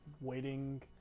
waiting